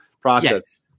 process